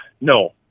No